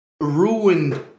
ruined